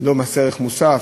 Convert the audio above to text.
לא מס ערך מוסף,